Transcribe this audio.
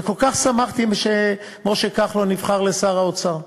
וכל כך שמחתי כשמשה כחלון נבחר לשר האוצר.